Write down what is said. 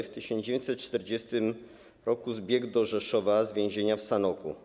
W 1940 r. zbiegł do Rzeszowa z więzienia w Sanoku.